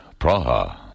Praha